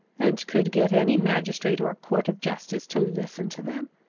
and could get any magistrate or court of justice to listen to them!